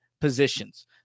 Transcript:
positions